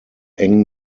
eng